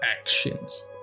actions